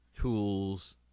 tools